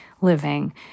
living